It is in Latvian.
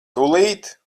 tūlīt